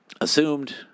Assumed